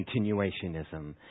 continuationism